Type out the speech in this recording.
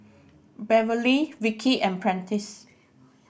Beverly Vicki and Prentiss